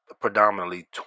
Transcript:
predominantly